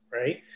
right